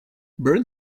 burn